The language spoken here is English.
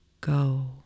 go